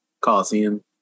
Coliseum